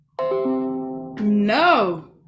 No